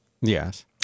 yes